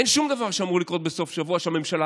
אין שום דבר שאמור לקרות בסוף השבוע שהממשלה